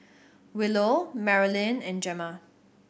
Willow Marylyn and Gemma